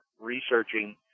researching